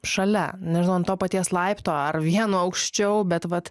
šalia nežinau ant to paties laipto ar vieno aukščiau bet vat